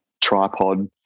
tripod